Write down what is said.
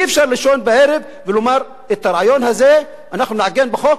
אי-אפשר לישון בערב ולומר: את הרעיון הזה אנחנו נעגן בחוק,